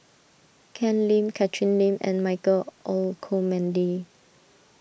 Ken Lim Catherine Lim and Michael Olcomendy